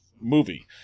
movie